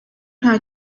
nta